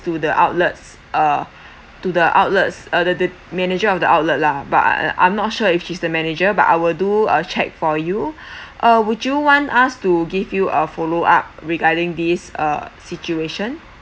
to the outlets uh to the outlets uh the the the manager of the outlet lah but I'm not sure if she's the manager but I will do a check for you uh would you want us to give you a follow-up regarding this uh situation